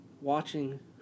watching